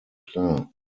klar